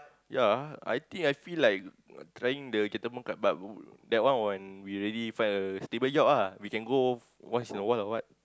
ya I think I feel like uh trying the gentleman cut but then one when we already find a stable job ah we can go once in a while or what